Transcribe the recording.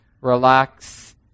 relax